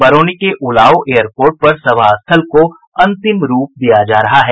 बरौनी के उलाओ एयरपोर्ट पर सभास्थल को अंतिम रूप दिया जा रहा है